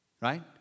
Right